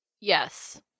Yes